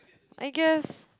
I guess